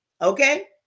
okay